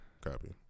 Copy